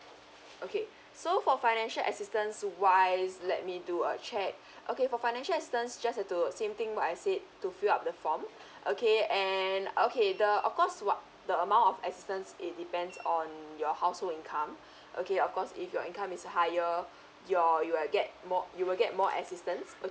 okay so for financial assistance wise let me do a check okay for financial assistance just uh to same thing what I said to fill up the form okay and okay the of course what the amount of assistance it depends on your household income okay of course if your income is higher your you will get more you will get more assistance